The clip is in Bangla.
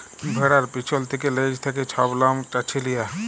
ভেড়ার পিছল থ্যাকে লেজ থ্যাকে ছব লম চাঁছে লিয়া